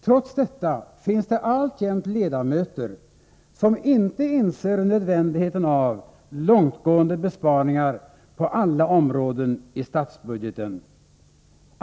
Trots detta finns det alltjämt ledamöter som inte inser nödvändigheten av långtgående besparingar på alla områden i statsbudgeten.